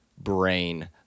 brain